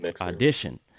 Audition